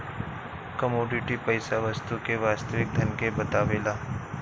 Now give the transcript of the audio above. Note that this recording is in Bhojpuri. कमोडिटी पईसा वस्तु के वास्तविक धन के बतावेला